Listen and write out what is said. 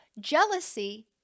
jealousy